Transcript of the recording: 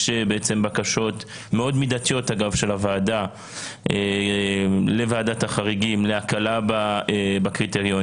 יש בקשות מאוד מידתיות של הוועדה לוועדת החריגים להקלה בקריטריונים,